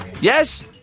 Yes